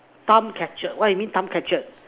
time captured what you mean time captured